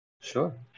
Sure